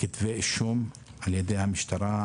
כתבי אישום על-ידי המשטרה,